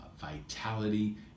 vitality